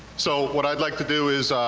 so what i'd like to do is,